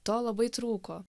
to labai trūko